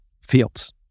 fields